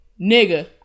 Nigga